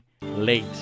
Late